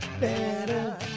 better